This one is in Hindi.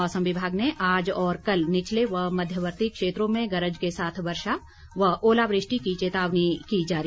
मौसम विभाग ने आज और कल निचले व मध्यवर्ती क्षेत्रों में गरज के साथ वर्षा व ओलावृष्टि की चेतावनी की जारी